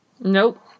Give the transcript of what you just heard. Nope